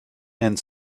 and